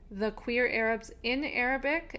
thequeerarabsinarabic